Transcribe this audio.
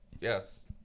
Yes